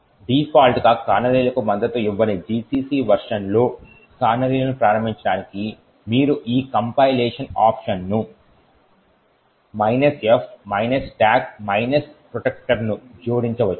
డిఫాల్ట్గా కానరీలకు మద్దతు ఇవ్వని GCC వెర్షన్లలో కానరీలను ప్రారంభించడానికి మీరు ఈ compilation ఆప్షన్ ను f stack protector ను జోడించవచ్చు